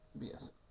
Yes